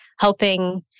helping